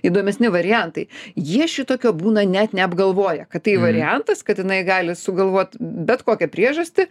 įdomesni variantai jie šitokio būna net neapgalvoję kad tai variantas kad jinai gali sugalvot bet kokią priežastį